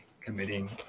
committing